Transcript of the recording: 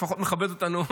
לפחות מכבד אותנו,